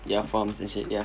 ya farms and shit ya